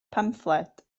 pamffled